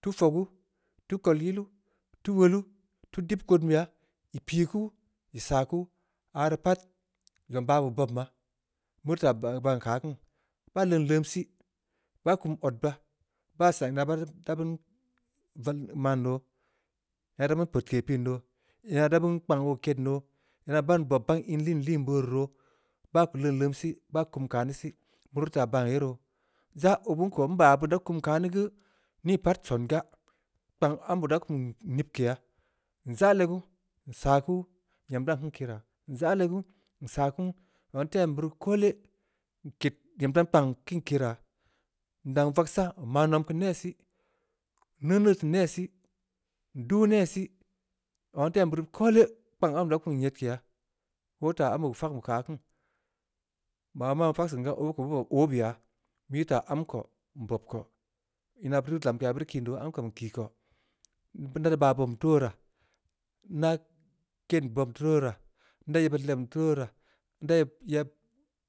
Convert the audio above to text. tuu fogu, teu kol yilu, teu wolu, teu dib kod beya, ii pii kuu, ii saa kuu, aah rii pat. zong baah be bobma. mueri ta baan-baan taa keu aah kin, baa leunleum sih, baa kum odbaa, baa saa ina dabeun-dabeun vallin, man doo, aah da beun peudke piin doo, ina da beun peudke piin doo, ina da beun kpang oo kedn doo. ina baan bob ban bob aabn inliin lin beu woreu roo, baa leuleum sih, baa kum kane sih, beurii taa ban ye roo, zaa obeun ko nba beun da kum kane geu, ni pat songa, kpang ambe da kum nipkeya. nzaa legu, nsaa kuu, nyam dan keun nkera, nzaa legu, nsaa kunu, zongha nteu em beuri koole. nked, nyam dan kpang keun kera, ndang vagsa, nmaa nom keu neh sih, nneu ngeud keu neh sih, nduu neh sih, zongha nteu em beuri koole, kpang ambe da kum nyedkeya, obeu ko beu teu ta ambe fagn be keu aah kin, bah mara meu fag seun gaa, obeu ko bu bob obeubeya, beu ii taa amko nbob ko, ina bueri, lamkeya beuri kin di, amko kii ko, nda baa bob tuu wora, nda ken bobm tuu ruu wora, nda yebbeud lebn tuu ruu wora, nda yeb-yeb.